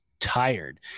tired